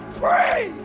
free